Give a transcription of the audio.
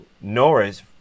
Norris